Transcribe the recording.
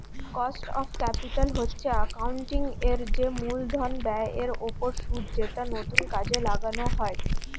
cost of capital হচ্ছে accounting এর যে মূলধন ব্যয়ের ওপর সুদ যেটা নতুন কাজে লাগানো হয়